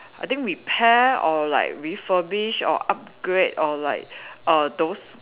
I think repair or like refurbish or upgrade or like err those